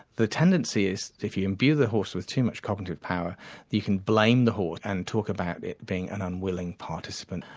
the tendency is if you imbue the horse with too much cognitive power you can blame the horse and talk about it being an unwilling participant,